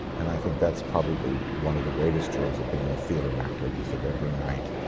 and i think that's probably one of the greatest joys of being a theatre actor is that every night,